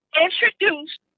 introduced